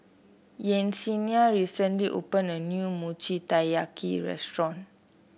Yesenia recently opened a new Mochi Taiyaki restaurant